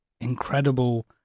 incredible